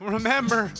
Remember